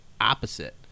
opposite